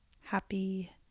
happy